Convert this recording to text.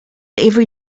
every